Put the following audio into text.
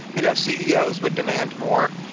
you know ceos would demand more.